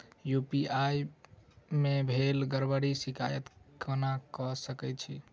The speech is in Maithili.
यु.पी.आई मे भेल गड़बड़ीक शिकायत केना कऽ सकैत छी?